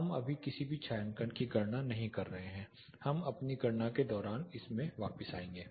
हम अभी किसी भी छायांकन की गणना नहीं कर रहे हैं हम अपनी गणना के दौरान इस पर वापस आएंगे